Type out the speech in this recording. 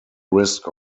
risk